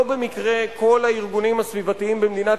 לא במקרה כל הארגונים הסביבתיים במדינת